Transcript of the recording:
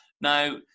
Now